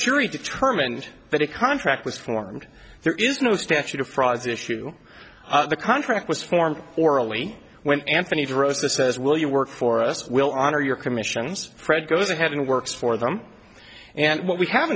jury determined that a contract was formed there is no statute of frauds issue the contract was formed orally when anthony de rosa says will you work for us will honor your commissions fred goes ahead and works for them and what we have